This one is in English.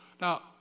Now